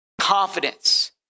Confidence